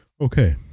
Okay